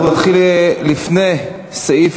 אנחנו נתחיל לפני סעיף